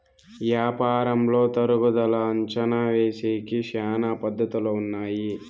యాపారంలో తరుగుదల అంచనా ఏసేకి శ్యానా పద్ధతులు ఉన్నాయి